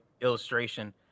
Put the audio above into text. illustration